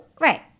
right